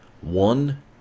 One